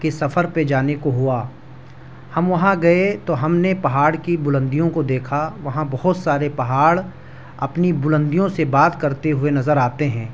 کے سفر پہ جانے کو ہوا ہم وہاں گیے تو ہم نے پہاڑ کی بلندیوں کو دیکھا وہاں بہت سارے پہاڑ اپنی بلندیوں سے بات کرتے ہوئے نظر آتے ہیں